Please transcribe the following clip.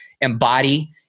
embody